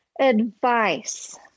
advice